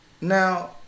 now